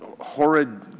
horrid